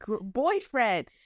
boyfriend